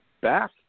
back